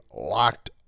locked